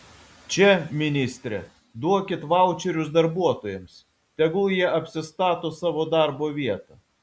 čia ministre duokit vaučerius darbuotojams tegul jie apsistato savo darbo vietą